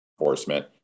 enforcement